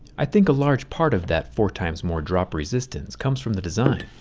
i think a large part of that four times more drop resistance comes from the design,